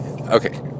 Okay